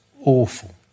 awful